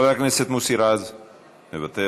תודה